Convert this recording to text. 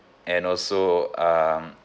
and also um